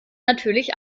natürlich